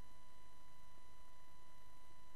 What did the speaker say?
קשה להיות מנהיג במדינה הזאת, עם כל הבעיות מסביב.